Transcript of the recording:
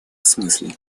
смысле